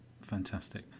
Fantastic